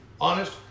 honest